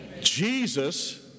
Jesus